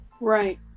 Right